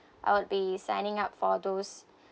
I would be signing up for those